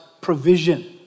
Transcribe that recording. provision